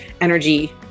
energy